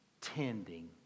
tending